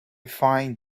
find